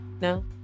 no